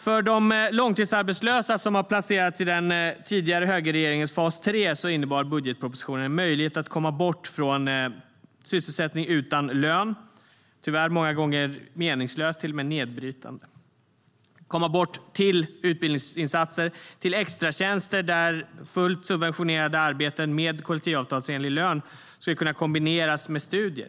För de långtidsarbetslösa, som har placerats i den tidigare högerregeringens fas 3, innebar budgetpropositionen en möjlighet att komma bort från sysselsättning utan lön - tyvärr många gånger meningslös och till och med nedbrytande - till utbildningsinsatser, till extratjänster där fullt subventionerade arbeten med kollektivavtalsenlig lön skulle kunna kombineras med studier.